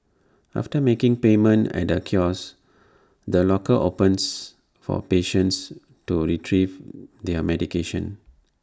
after making payment at A kiosk the locker opens for patients to Retrieve their medication